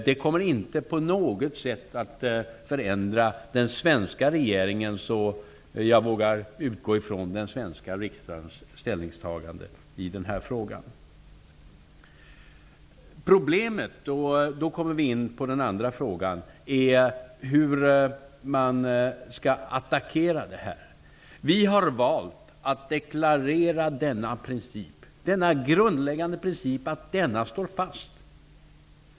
Det kommer inte på något sätt att förändra den svenska regeringens och, vågar jag utgå från, den svenska riksdagens ställningstagande i den här frågan. Problemet, och då kommer vi in på den andra frågan, är hur man skall attackera det här. Vi har valt att deklarera att denna grundläggande princip står fast.